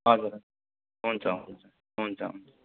हजुर हुन्छ हुन्छ हुन्छ हुन्छ